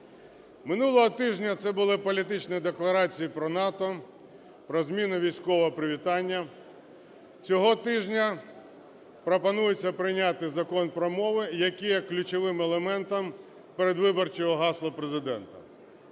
Минулого тижня це були політичні декларації про НАТО, про зміну військового привітання. Цього тижня пропонується прийняти Закон про мови, який є ключовим елементом передвиборчого гасла Президента.